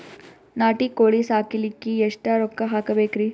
ನಾಟಿ ಕೋಳೀ ಸಾಕಲಿಕ್ಕಿ ಎಷ್ಟ ರೊಕ್ಕ ಹಾಕಬೇಕ್ರಿ?